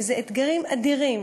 ואלה אתגרים אדירים